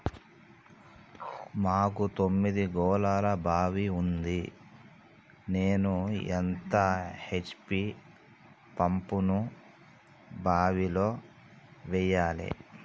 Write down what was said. మాకు తొమ్మిది గోళాల బావి ఉంది నేను ఎంత హెచ్.పి పంపును బావిలో వెయ్యాలే?